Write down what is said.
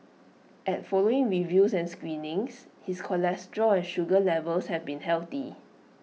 at following reviews and screenings his cholesterol and sugar levels have been healthy